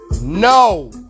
No